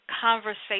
conversation